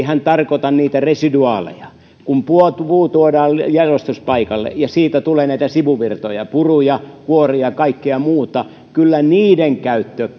hän tarkoita niitä residuaaleja kun puu tuodaan jalostuspaikalle ja siitä tulee näitä sivuvirtoja puruja kuoria kaikkea muuta kyllä niiden käyttö